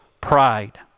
pride